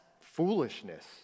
foolishness